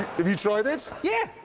have you tried it? yeah.